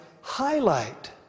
highlight